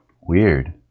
Weird